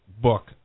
book